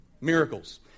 Miracles